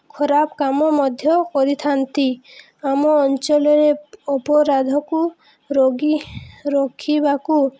ଖରାପ କାମ ମଧ୍ୟ କରିଥାନ୍ତି ଆମ ଅଞ୍ଚଳରେ ଅପରାଧକୁ ରୋକି ରଖିବାକୁ